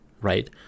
right